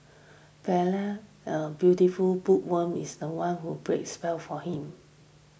belle a beautiful bookworm is the one who will breaks spell for him